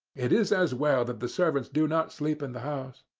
it is as well that the servants do not sleep in the house.